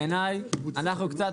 בעיניי קצת